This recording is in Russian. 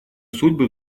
судьбы